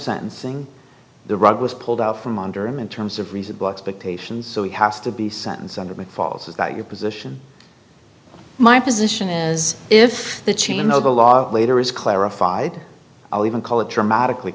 sentencing the rug was pulled out from under him in terms of reasonable expectations so he has to be sentenced under the falls is that your position my position is if the chain of the law later is clarified i'll even call it dramatically